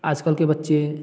आजकल के बच्चे